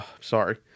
Sorry